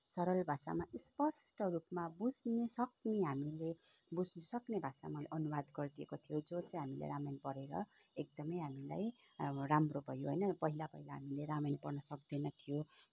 सरल भाषामा स्पष्ट रूपमा बुझ्ने सक्ने हामीले बुझ्न सक्ने भाषामा अनुवाद गरिदिएको थियो जो चाहिँ हामीले रामायण पढेर एकदमै हामीलाई अब राम्रो भयो होइन पहिला पहिला हामीले रामायण पढ्न सक्दैन थियो